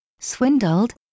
swindled